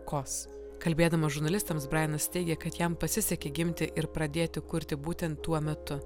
kaws kalbėdamas žurnalistams brainas teigia kad jam pasisekė gimti ir pradėti kurti būtent tuo metu